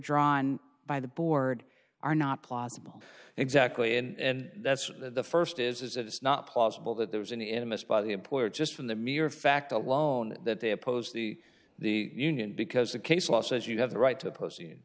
drawn by the board are not plausible exactly and that's the st is that it's not possible that there was an image by the employer just from the mere fact alone that they opposed the the union because the case law says you have the right to p